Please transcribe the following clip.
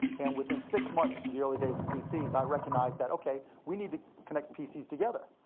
and within six months, this is the early days of pcs, i recognized that, okay, we need to connect pcs together.